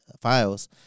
files